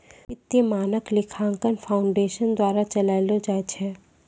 वित्तीय मानक लेखांकन फाउंडेशन द्वारा चलैलो जाय छै